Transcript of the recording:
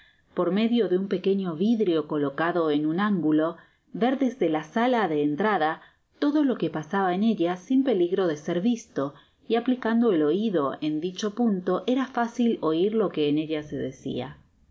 por medio de un pequeño vidrio colocado en un ángulo ver desde la sala de entrada todo lo que pasaba en ella sin peligro de ser visto y aplicando el oido en dicho punto era fácil oir lo que en ella se decia